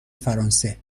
فرانسه